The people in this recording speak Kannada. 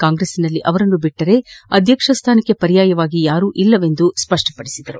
ಕಾಂಗ್ರೆಸ್ಸಿನಲ್ಲಿ ಅವರನ್ನು ಬಿಟ್ಟರೆ ಅಧ್ಯಕ್ಷ ಸ್ವಾನಕ್ಕೆ ಪರ್ಯಾಯವಾಗಿ ಯಾರೂ ಇಲ್ಲವೆಂದು ಅವರು ಸ್ಪಷ್ಟಪಡಿಸಿದರು